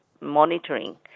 monitoring